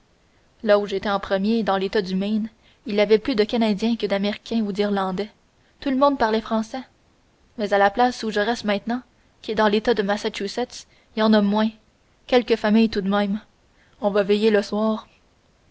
là où j'étais en premier dans l'état du maine il y avait plus de canadiens que d'américains ou d'irlandais tout le monde parlait français mais à la place où je reste maintenant qui est dans l'état de massachusetts il y en a moins quelques familles tout de même on va veiller le soir